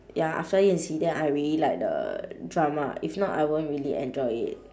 ya after yan xi then I really like the drama if not I won't really enjoy it